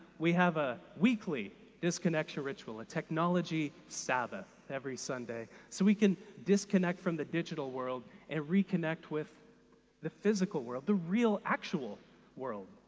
we have a weekly disconnection ritual, a technology sabbath every sunday, so we can disconnect from the digital world and reconnect with the physical world, the real, actual world.